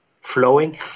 flowing